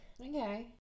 Okay